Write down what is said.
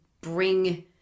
bring